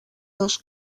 dos